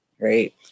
Right